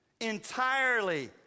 entirely